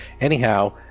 Anyhow